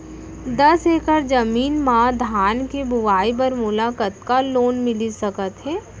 दस एकड़ जमीन मा धान के बुआई बर मोला कतका लोन मिलिस सकत हे?